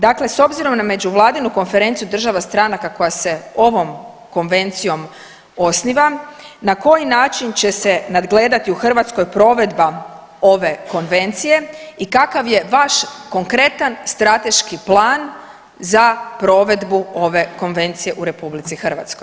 Dakle, s obzirom na Međuvladinu konferenciju država stranaka koja se ovom konvencijom osniva na koji način će se nadgledati u Hrvatskoj provedba ove konvencije i kakav je vaš konkretan strateški plan za provedbu ove konvencije u RH?